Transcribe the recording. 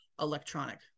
electronic